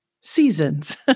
Seasons